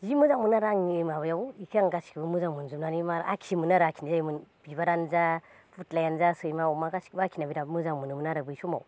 जि मोजां मोनो आरो आंनि माबायाव इखो आं गासिबखौबो मोजां मोनजुबनानै मार आखियोमोन आरो आखिनाय जायोमोन बिबारानो जा फुथलायानो जा सैमा अमा गासैखौबो आखिनाय मोजां मोनोमोन आरो बै समाव